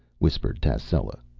whispered tascela,